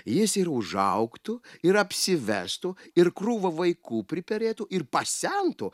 jis ir užaugtų ir apsivestų ir krūvą vaikų priperėtų ir pasentų